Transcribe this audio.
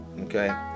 okay